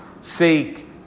seek